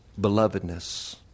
belovedness